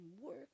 work